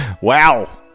Wow